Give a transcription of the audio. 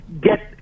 get